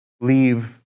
leave